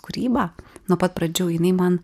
kūryba nuo pat pradžių jinai man